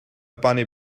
bunny